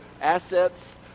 assets